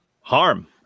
harm